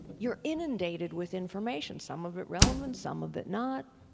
you're inundated with information, some of it relevant, some of it not.